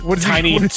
Tiny